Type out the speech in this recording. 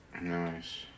Nice